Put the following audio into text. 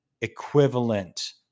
equivalent